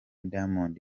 diamond